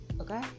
okay